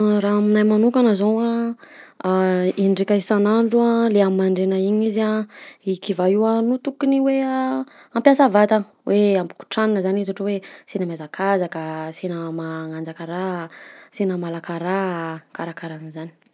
Ah raha aminahy manokana zao indraika isanandro a le amin'ny mandraina iny izy io kiva io a no tokony hoe a ampiasa vatana hoe ampikotranina zany izy ohatra hoe asiana miazakazaka asiana manandaka raha asiana malaka raha karaha karaha an'zany.